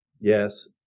yes